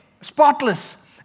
spotless